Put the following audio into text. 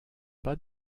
pas